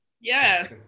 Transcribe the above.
Yes